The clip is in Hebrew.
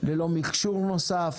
ללא מכשור נוסף,